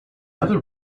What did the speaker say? other